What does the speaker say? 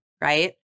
right